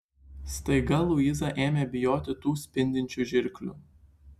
staiga luiza ėmė bijoti tų spindinčių žirklių